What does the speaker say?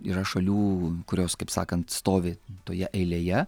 yra šalių kurios kaip sakant stovi toje eilėje